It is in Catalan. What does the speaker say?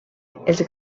els